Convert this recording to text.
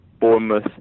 Bournemouth